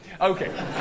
Okay